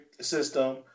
system –